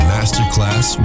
Masterclass